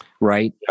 Right